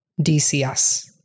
DCS